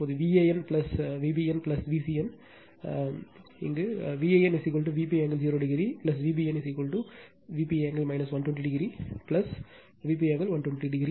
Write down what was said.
இப்போது Van Vbn Vcn Van Vp angle 0 o Vbn Vp angle 120 o Vp angle 120 o